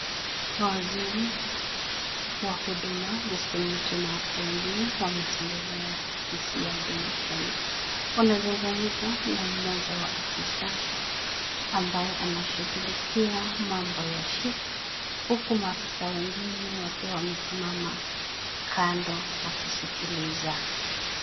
Mawaziri wa huduma, Justin Muturi na wako wengine, wametembelea ofisi ya Huduma Kenya, wanazungumza na mmoja wa afisa ambaye anashughulikia mambo ya SHIF huku maafisa wengine wakiwa wamesimama kando wakisikiliza.